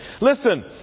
Listen